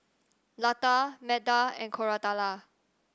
Lata Medha and Koratala